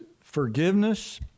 forgiveness